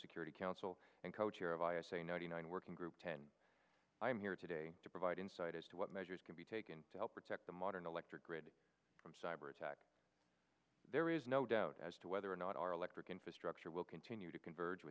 security council and co chair of i a say ninety nine working group ten i am here today to provide insight as to what measures can be taken to help protect the modern electric grid from cyber attack there is no doubt as to whether or not our electric infrastructure will continue to converge